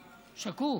שקוף,